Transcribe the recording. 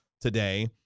today